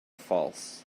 false